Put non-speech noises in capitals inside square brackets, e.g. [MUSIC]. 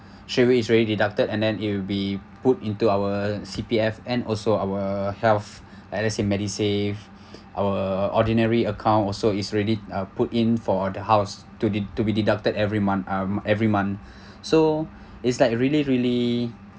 salary is already deducted and then it will be put into our C_P_F and also our health [BREATH] let's say MediSave [BREATH] our ordinary account also is ready uh put in for the house to be to be deducted every month um every month [BREATH] so it's like really really